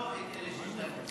לא את אלה שיש להם כבלים.